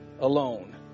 alone